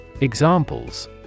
Examples